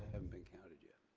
haven't been counted yet.